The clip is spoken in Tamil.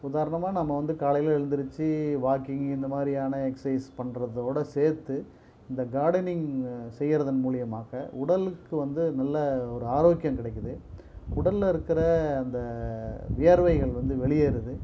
உதாரணமாக நம்ம வந்து காலையில எழுந்துரிச்சி வாக்கிங்கு இந்த மாதிரியான எக்ஸைஸ் பண்ணுறதோட சேர்த்து இந்த கார்டனிங் செய்கிறதன் மூலயமாக உடலுக்கு வந்து நல்ல ஒரு ஆரோக்கியம் கிடைக்கிது உடல்ல இருக்கிற அந்த வியர்வைகள் வந்து வெளியேறுது